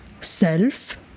self